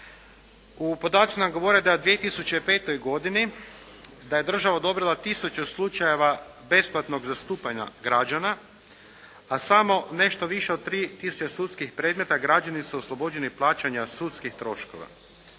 U podacima nam govore da je u 2005. godini da je država odobrila tisuću slučajeva besplatnog zastupanja građana, a samo nešto više od 3 tisuće sudskih predmeta građani su oslobođeni od plaćanja sudskih troškova.